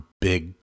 big